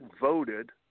voted